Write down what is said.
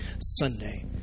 Sunday